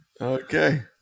Okay